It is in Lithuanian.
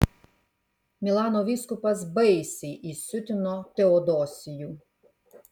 milano vyskupas baisiai įsiutino teodosijų